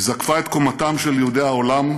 היא זקפה את קומתם של יהודי העולם,